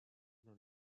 dans